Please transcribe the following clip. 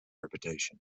reputation